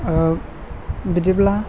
औ बिदिब्ला